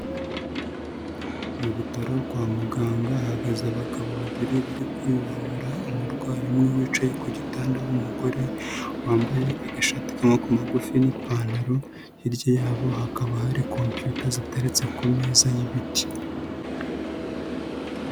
Mu bitaro kwa muganga hahagaze abagabo babiri bari kwivura, umurwayi umwe wicaye ku gitanda w'umugore wambaye agashati k'amaboko magufi n'ipantaro, hirya yabo hakaba hari computer ziteretse ku meza y'ibiti.